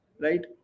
right